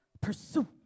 pursue